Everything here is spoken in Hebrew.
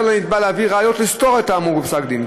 לנתבע להביא ראיות לסתור את האמור בפסק-הדין.